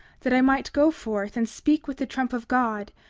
that i might go forth and speak with the trump of god,